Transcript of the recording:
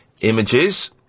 Images